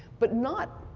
but not